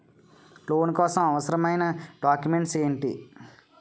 Loan కోసం అవసరమైన documents ఎంటి?